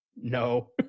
no